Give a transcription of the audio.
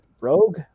Rogue